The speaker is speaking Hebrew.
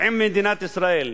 עם מדינת ישראל".